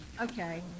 okay